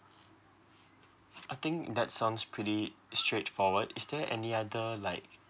I think that sounds pretty straightforward is there any other like